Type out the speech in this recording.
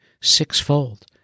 sixfold